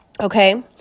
okay